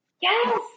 Yes